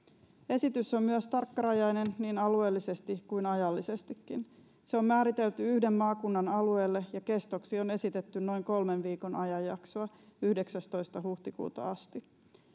esitys on myös tarkkarajainen niin alueellisesti kuin ajallisestikin se on määritelty yhden maakunnan alueelle ja kestoksi on esitetty noin kolmen viikon ajanjaksoa yhdeksästoista huhtikuuta asti